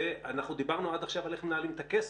אנחנו דיברנו עד עכשיו על איך מנהלים את הכסף.